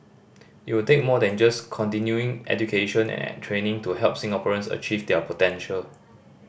it will take more than just continuing education and training to help Singaporeans achieve their potential